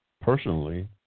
Personally